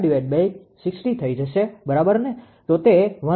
560 થઈ જશે બરાબર ને